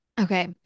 Okay